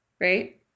right